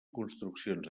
construccions